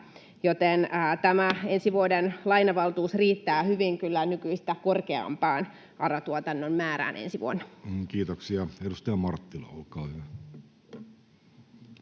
joten tämä ensi vuoden lainavaltuus riittää hyvin kyllä nykyistä korkeampaan ARA-tuotannon määrään ensi vuonna. [Speech 358] Speaker: